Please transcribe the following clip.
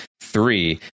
three